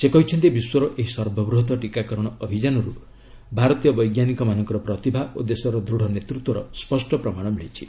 ସେ କହିଛନ୍ତି ବିଶ୍ୱର ଏହି ସର୍ବବୃହତ ଟିକାକରଣ ଅଭିଯାନରୁ ଭାରତୀୟ ବୈଜ୍ଞାନିକମାନଙ୍କର ପ୍ରତିଭା ଓ ଦେଶର ଦୃଢ଼ ନେତୃତ୍ୱର ସ୍ୱଷ୍ଟ ପ୍ରମାଣ ମିଳିଛି